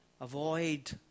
Avoid